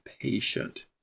patient